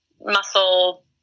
muscle